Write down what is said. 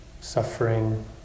suffering